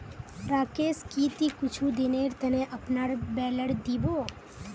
राकेश की ती कुछू दिनेर त न अपनार बेलर दी बो